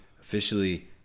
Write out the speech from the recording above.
officially